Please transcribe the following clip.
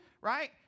Right